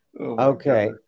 Okay